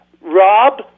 Rob